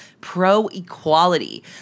pro-equality